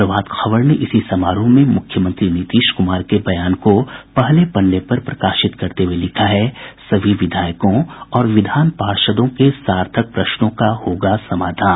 प्रभात खबर ने इसी समारोह में मुख्यमंत्री नीतीश कुमार के बयान को पहले पन्ने पर प्रकाशित करते हुये लिखा है सभी विधायकों और विधान पार्षदों के सार्थक प्रश्नों का होगा समाधान